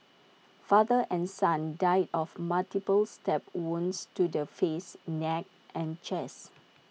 father and son died of multiple stab wounds to the face neck and chest